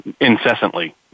incessantly